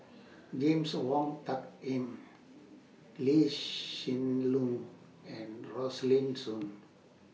James Wong Tuck Yim Lee Hsien Loong and Rosaline Soon